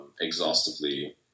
exhaustively